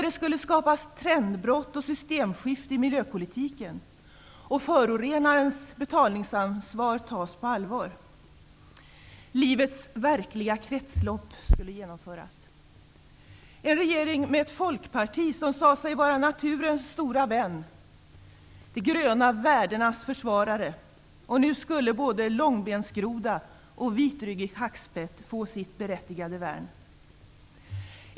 Det skulle skapas trendbrott och systemskifte i miljöpolitiken, och förorenarens betalningsansvar tas på allvar. Livets verkliga kretslopp skulle genomföras. En regering med ett Folkparti som sade sig vara naturens största vän, de gröna värdenas försvarare. Nu skulle både långbensgroda och vitryggig hackspett få sitt berättigade värn.